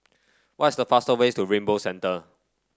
what is the faster ways to Rainbow Centre